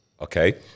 Okay